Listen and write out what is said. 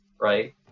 right